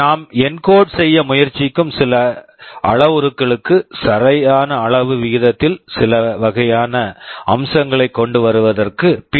நாம் encode encode செய்ய முயற்சிக்கும் சில அளவுருக்களுக்கு சரியான அளவு விகிதத்தில் சில வகையான அம்சங்களைக் கொண்டுவருவதற்கு பி